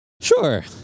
Sure